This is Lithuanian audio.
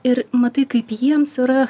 ir matai kaip jiems yra